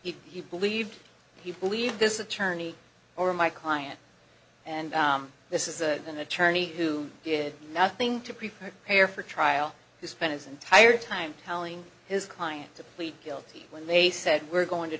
you believe he believe this attorney or my client and this is a an attorney who did nothing to prepare for trial he spent his entire time telling his client to plead guilty when they said we're going to